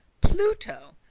pluto,